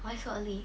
why so early